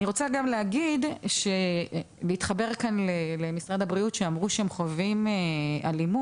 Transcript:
אני רוצה גם להגיד ולהתחבר כאן למשרד הבריאות שאמרו שהם חווים אלימות,